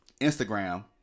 Instagram